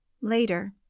later